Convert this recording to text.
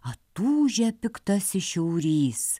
atūžia piktasis šiaurys